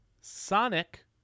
Sonic